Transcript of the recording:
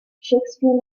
shakespeare